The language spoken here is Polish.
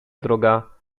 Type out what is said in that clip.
droga